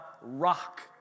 rock